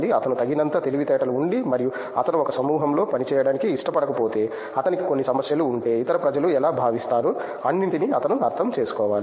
అతను తగినంత తెలివితేటలు ఉండీ మరియు అతను ఒక సమూహంలో పనిచేయడానికి ఇష్టపడకపోతే అతనికి కొన్ని సమస్యలు ఉంటే ఇతర ప్రజలు ఎలా భావిస్తారో అన్నింటినీ అతను అర్థం చేసుకోవాలి